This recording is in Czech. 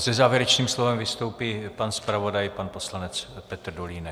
Se závěrečným slovem vystoupí pan zpravodaj, pan poslanec Petr Dolínek.